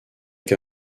qu’à